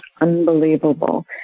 unbelievable